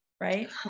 right